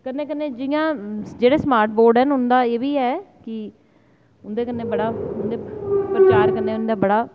कन्नै कन्नै जि'यां जेह्ड़े स्मार्ट बोर्ड न उं'दा एह् बी ऐ कि उं'दे कन्नै बड़ा उं'दे प्रचार कन्नै बड़ा